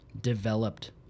developed